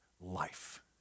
life